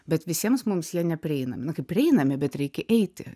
bet visiems mums jie neprieinami na kaip prieinami bet reikia eiti